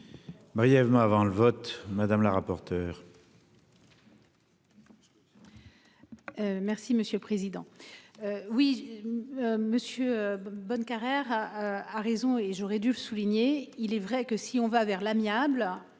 Brièvement avant le vote. Madame la rapporteur. Merci monsieur le président. Oui. Monsieur. Bonnecarrere a a raison et j'aurais dû le souligner, il est vrai que si on va vers l'amiable.